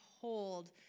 hold